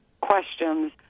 questions